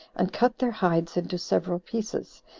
and cut their hides into several pieces,